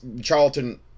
charlton